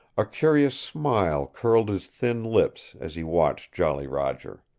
a curious smile curled his thin lips as he watched jolly roger.